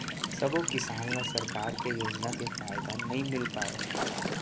सबो किसान ल सरकार के योजना के फायदा नइ मिल पावय